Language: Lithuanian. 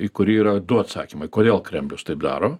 į kurį yra du atsakymai kodėl kremlius taip daro